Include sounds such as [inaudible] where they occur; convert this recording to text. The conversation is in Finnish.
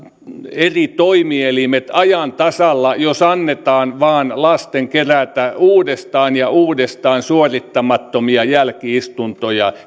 eri toimielimet ajan tasalla jos annetaan lasten vain kerätä uudestaan ja uudestaan suorittamattomia jälki istuntoja [unintelligible]